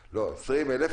7%. 20,000,